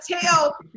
tell